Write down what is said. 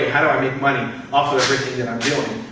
how do i make money off of everything that i'm doing?